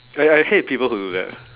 like I hate people who do that